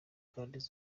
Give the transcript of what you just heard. kandi